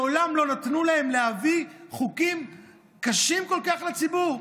מעולם לא נתנו להם להביא חוקים קשים כל כך לציבור.